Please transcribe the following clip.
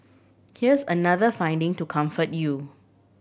here's another finding to comfort you